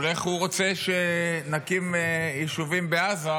הוא רוצה שנקים יישובים בעזה,